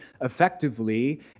effectively